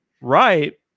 Right